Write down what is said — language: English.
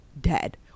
dead